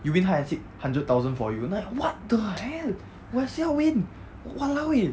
you win hide and seek hundred thousand for you like what the hell 我也是要 win !walao! eh